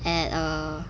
at err